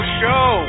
show